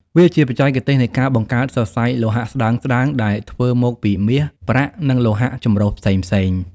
វាជាបច្ចេសទេសនៃការបង្កើតសរសៃលោហៈស្តើងៗដែលធ្វើមកពី មាស ប្រាក់ និងលោហៈចម្រុះផ្សេងៗ។